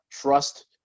trust